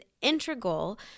integral